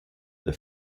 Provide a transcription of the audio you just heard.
the